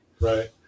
right